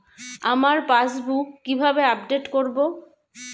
আমার পাসবুক কিভাবে আপডেট করবো?